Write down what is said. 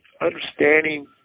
understanding